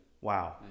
Wow